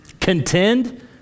contend